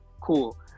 Cool